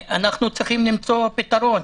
אנחנו צריכים למצוא פתרון.